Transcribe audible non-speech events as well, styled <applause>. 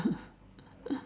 <laughs>